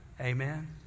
Amen